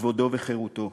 כבודו וחירותו.